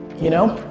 you know,